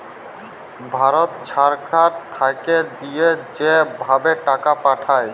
ভারত ছরকার থ্যাইকে দিঁয়া যে ভাবে টাকা পাঠায়